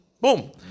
Boom